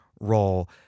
role